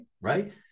Right